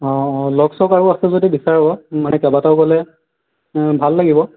অ লগ ছগ আৰু আছে যদি বিচাৰ মানে কেইবাটাও গ'লে ও ভাল লাগিব